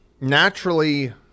Naturally